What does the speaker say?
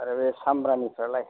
आरो बे सामब्रानिफ्रालाय